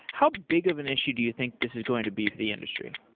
how big of an issue do you think this is going to be for the industry?